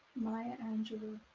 maya anglu.